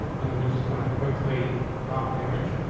and we just want to quickly crop damage,